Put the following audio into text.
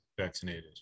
vaccinated